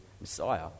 Messiah